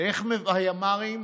איך הימ"רים,